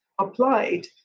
applied